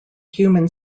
human